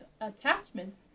attachments